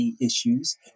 issues